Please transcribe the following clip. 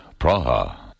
Praha